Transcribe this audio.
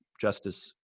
justice